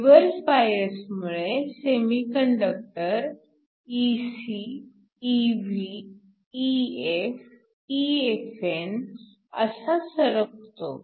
reverse बायसमुळे semiconductor Ec Ev EF EFn असा सरकतो